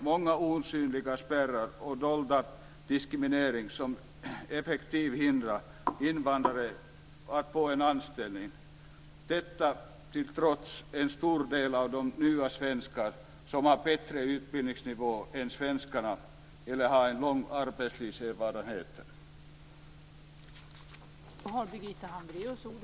Många osynliga spärrar och en dold diskriminering hindrar effektivt invandrare att få anställning - detta trots att en stor del av de nya svenskarna har en bättre utbildningsnivå eller längre arbetslivserfarenhet än svenskarna.